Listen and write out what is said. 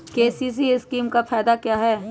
KCC scheme का फायदा क्या है?